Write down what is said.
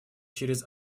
через